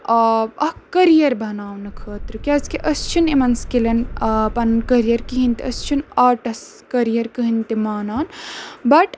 اکھ کٔریر بَناونہٕ خٲطرٕ کیازِ کہِ أسۍ چھِنہٕ یِمن سِکِلن پَنُن کٔریر کِہینۍ تہِ أسۍ چھِ نہٕ آرٹٔس کٔریر کٕہٕنۍ تہِ مانان بَٹ